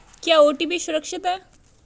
क्या ओ.टी.पी सुरक्षित है?